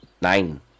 Nine